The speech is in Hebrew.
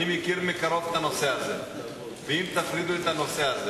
אם תפרידו את הנושא הזה